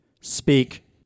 Speak